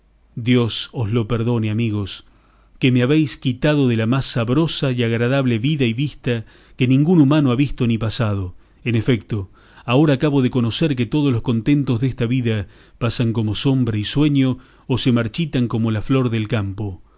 dios os lo perdone amigos que me habéis quitado de la más sabrosa y agradable vida y vista que ningún humano ha visto ni pasado en efecto ahora acabo de conocer que todos los contentos desta vida pasan como sombra y sueño o se marchitan como la flor del campo